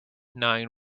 nine